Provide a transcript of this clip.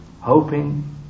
hoping